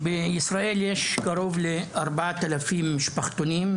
בישראל יש קרוב ל-4,000 משפחתונים,